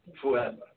forever